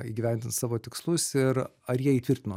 įgyvendint savo tikslus ir ar jie įtvirtino